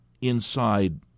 inside